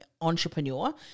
entrepreneur